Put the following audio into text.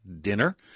dinner